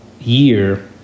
year